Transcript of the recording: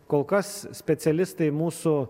kol kas specialistai mūsų